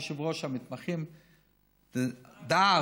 יושב-ראש המתמחים דאז,